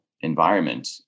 environment